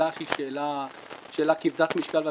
שאלה שהיא שאלה כבדת משקל ואמתית.